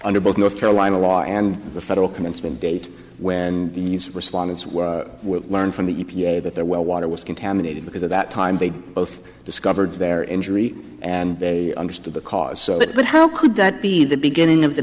under both north carolina law and the federal commencement date when these respondents were learned from the e p a but their well water was contaminated because at that time they both discovered their injury and they understood the cause but how could that be the beginning of the